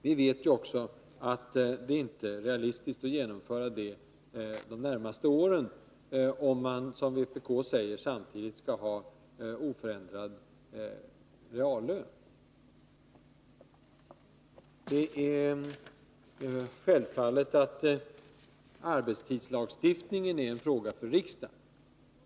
Vi vet emellertid att det inte är realistiskt att genomföra detta de närmaste åren, om man, som vpk säger, samtidigt skall ha oförändrad reallön. Det är självklart att arbetstidslagstiftning är en fråga för riksdagen.